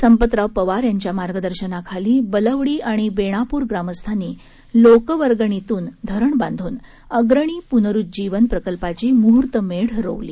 संपतराव पवार यांच्या मार्गदर्शनाखाली बलवडी आणि बेणापूर ग्रामस्थांनी लोकवर्गणीतनं धरण बांधून अग्रणी पुनरूज्जीवन प्रकल्पाची मुहूर्तमेढ रोवली